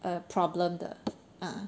err problem 的 mm